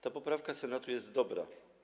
Ta poprawka Senatu jest dobra.